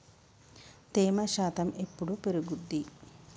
తేమ శాతం ఎప్పుడు పెరుగుద్ది?